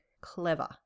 clever